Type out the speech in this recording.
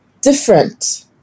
different